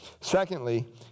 Secondly